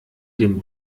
dem